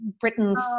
britain's